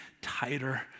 tighter